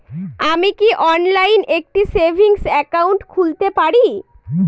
আমি কি অনলাইন একটি সেভিংস একাউন্ট খুলতে পারি?